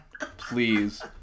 please